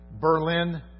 Berlin